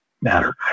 matter